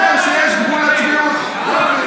יש גבול לצביעות, אתה אומר את זה?